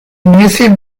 museum